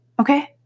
Okay